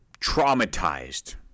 traumatized